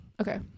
okay